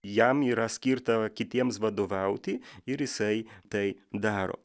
jam yra skirta va kitiems vadovauti ir jisai tai daro